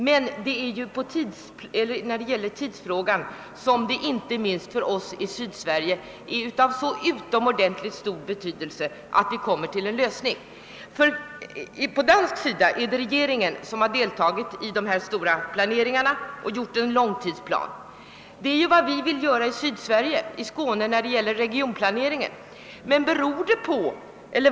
Men det är när det gäller tidsfrågan som det — inte minst för oss i Sydsverige — är av utomordentligt stor betydelse att en lösning snart kan ske. På den danska sidan har regeringen deltagit i planeringen av de stora investeringarna och gjort en långtidsplan. Det är vad vi i Skåne vill ha till grund för vår regionplanering.